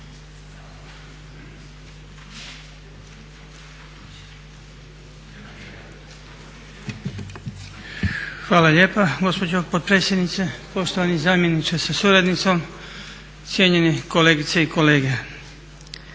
Hvala lijepa gospođo potpredsjednice, poštovani zamjeniče sa suradnicom, cijenjeni kolegice i kolege.